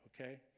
Okay